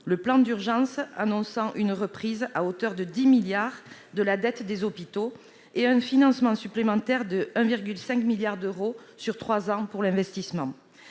le plan d'urgence annonçant une reprise à hauteur de 10 milliards d'euros de la dette des hôpitaux et un financement supplémentaire de 1,5 milliard d'euros sur trois ans pour l'investissement.